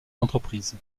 entreprise